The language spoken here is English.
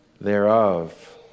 thereof